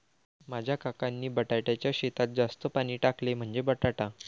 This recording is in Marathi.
माझ्या काकांनी बटाट्याच्या शेतात जास्त पाणी टाकले, म्हणजे बटाटा